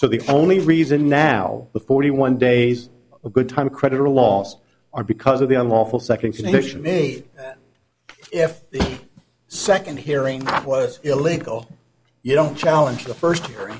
so the only reason now the forty one days of good time credit are laws are because of the unlawful second condition me if the second hearing was illegal you don't challenge the first